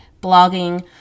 blogging